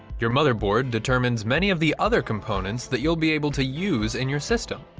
your motherboard determines many of the other components that you'll be able to use in your system.